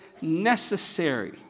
necessary